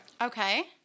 Okay